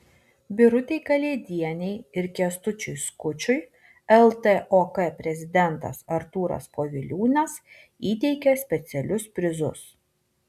birutei kalėdienei ir kęstučiui skučui ltok prezidentas artūras poviliūnas įteikė specialius prizus